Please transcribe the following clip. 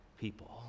people